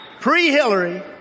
pre-Hillary